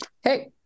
Hey